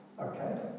Okay